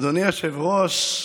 אדוני היושב-ראש,